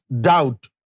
doubt